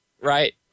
Right